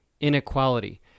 inequality